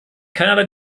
keinerlei